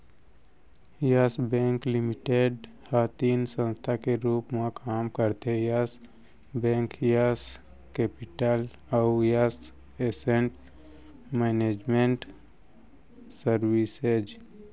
yes Bank Limited ह तीन संस्था के रूप म काम करथे यस बेंक, यस केपिटल अउ यस एसेट मैनेजमेंट सरविसेज